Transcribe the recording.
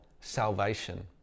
salvation